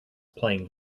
playing